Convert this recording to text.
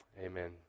amen